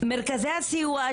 מרכזי הסיוע,